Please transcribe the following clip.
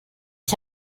ich